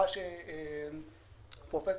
הפער